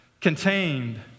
contained